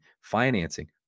financing